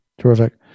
Terrific